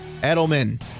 Edelman